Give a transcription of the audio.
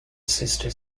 sister